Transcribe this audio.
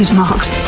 mark's?